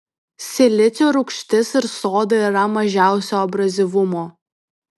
silicio rūgštis ir soda yra mažiausio abrazyvumo